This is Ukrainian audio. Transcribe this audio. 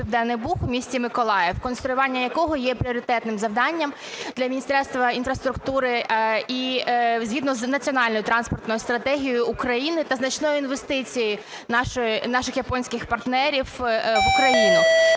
Південний Буг в місті Миколаїв, конструювання якого є пріоритетним завданням для Міністерства інфраструктури згідно з Національною транспортною стратегією України та значною інвестицією наших японських партнерів в Україну.